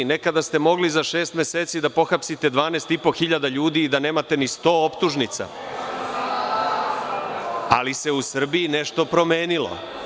Nekada ste mogli za šest meseci da pohapsite 12.500 ljudi i da nemate ni 100 optužnica, ali se u Srbiji nešto promenilo.